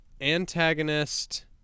antagonist